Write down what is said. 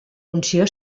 funció